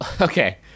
okay